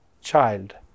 child